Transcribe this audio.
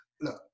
Look